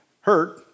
hurt